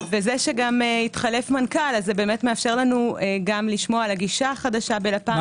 וזה שהתחלף מנכ"ל זה מאפשר לנו לשמוע על הגישה החדשה בלפ"ם.